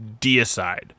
deicide